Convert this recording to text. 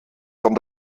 von